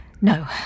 No